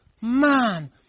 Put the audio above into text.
man